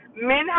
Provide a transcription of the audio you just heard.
men